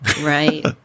Right